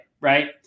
Right